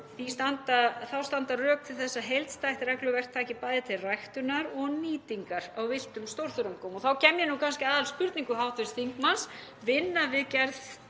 Þá standa rök til þess að heildstætt regluverk taki bæði til ræktunar og nýtingar á villtum stórþörungum. Og þá kem ég kannski að spurningu hv. þingmanns, en vinna við gerð